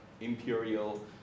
imperial